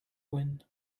win